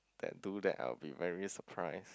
that do that I would be very surprised